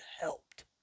helped